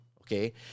Okay